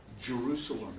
Jerusalem